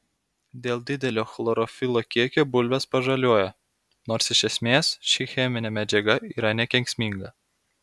dėl didelio chlorofilo kiekio bulvės pažaliuoja nors iš esmės ši cheminė medžiaga yra nekenksminga